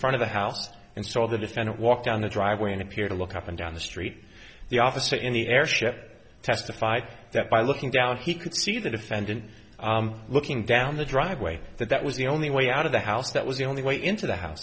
front of the house and saw the defendant walk down the driveway and appear to look up and down the street the officer in the airship testified that by looking down he could see the defendant looking down the driveway that that was the only way out of the house that was the only way into the house